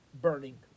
burning